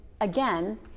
again